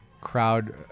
crowd